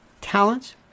talents